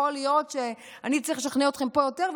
יכול להיות שאני אצטרך לשכנע אתכם פה יותר,